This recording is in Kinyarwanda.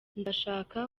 ndashaka